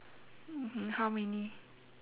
mmhmm how many